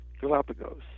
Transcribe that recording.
Galapagos